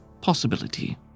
possibility